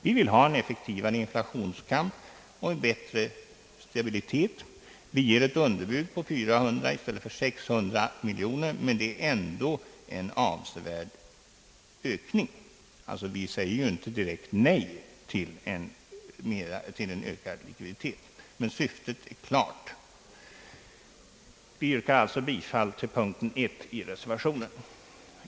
Vi vill ha en effektivare inflationskamp och en bättre stabilitet. Vi ger ett underbud på 400 miljoner i stället för 600 miljoner kronor, men det är ändå fråga om en av: sevärd ökning. Vi säger alltså inte direkt nej till en ökad likviditet, men syftet är klart. Jag yrkar alltså bifall till punkt 1 i reservationen.